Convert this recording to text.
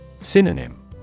Synonym